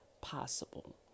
possible